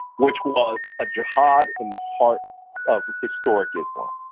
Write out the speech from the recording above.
which was a jihad in the heart of historic islam,